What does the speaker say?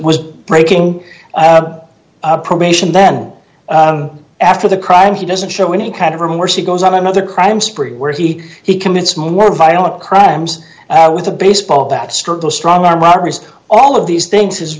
was breaking probation then after the crime he doesn't show any kind of room where she goes on another crime spree where he he commits more violent crimes with a baseball bat struggle strong arm robberies all of these things his